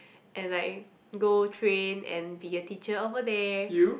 and like go train and be a teacher over there